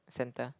centre